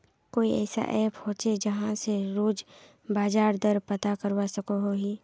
कोई ऐसा ऐप होचे जहा से रोज बाजार दर पता करवा सकोहो ही?